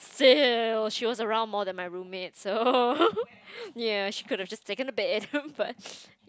so~ she was around more than my roommate so ya she could have just taken the bed but